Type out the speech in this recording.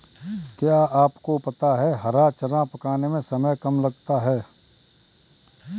क्या आपको पता है हरा चना पकाने में समय कम लगता है?